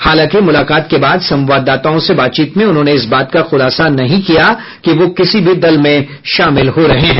हालांकि मुलाकात के बाद संवाददाताओं से बातचीत में उन्होंने इस बात का खुलासा नहीं किया कि वह किसी भी दल में शामिल हो रहे हैं